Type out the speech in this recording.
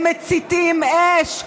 הם מציתים אש,